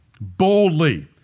boldly